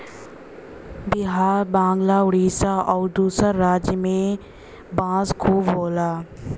बिहार बंगाल उड़ीसा आउर दूसर राज में में बांस खूब होला